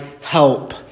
help